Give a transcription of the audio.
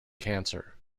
cancer